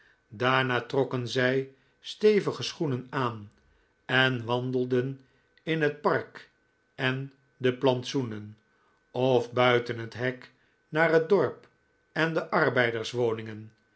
daarna trokken zij stevige schoenen aan en wandelden in het park en de plantsoenen of buiten het hek naar het dorp en de